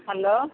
hello